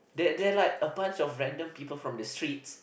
they they are like a bunch of random people from the streets